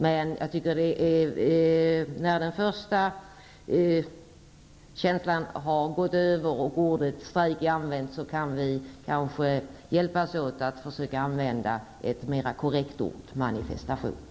Men sedan den första känslan har gått över, då ordet strejk användes, tycker jag att vi kan hjälpas åt att försöka använda ett mer korrekt ord: